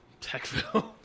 Techville